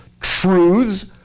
truths